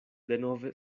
denove